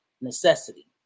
necessity